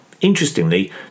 Interestingly